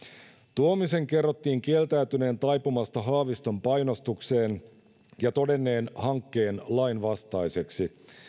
tuomisen kerrottiin kieltäytyneen taipumasta haaviston painostukseen ja todenneen hankkeen lainvastaiseksi